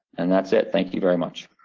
and that's it. thank you very much.